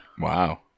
Wow